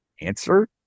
answer